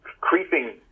creeping